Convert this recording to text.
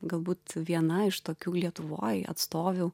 galbūt viena iš tokių lietuvoj atstovių